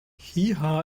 heehaw